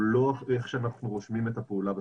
הוא לא איך אנחנו רושמים את הפעולה בספרים.